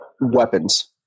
weapons